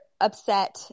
upset